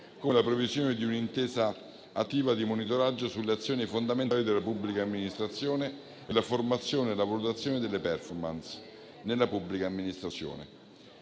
lo è la previsione di un'intensa attività di monitoraggio sulle azioni fondamentali della pubblica amministrazione e la formazione e la valutazione delle *performance* nella pubblica amministrazione.